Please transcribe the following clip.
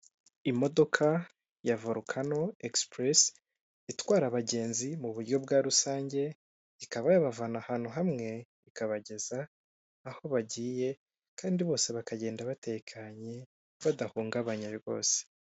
Imodoka ya vorukano egisipuresi, itwara abagenzi mu buryo bwa rusange, ikaba yabavana ahantu hamwe ikabageza aho bagiye kandi bose bakagenda batekanye, badahungabanye rwose.